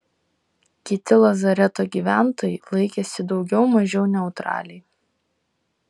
kiti lazareto gyventojai laikėsi daugiau mažiau neutraliai